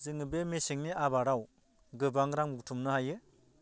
जोङो बे मेसेंनि आबादाव गोबां रां बुथुमनो हायो